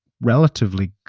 relatively